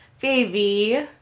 Baby